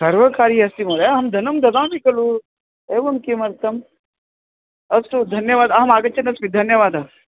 सर्वकारी अस्ति महोदय अहं धनं ददामि खलु एवं किमर्थम् अस्तु धन्यवादः अहम् आगच्छन् अस्मि धन्यवादः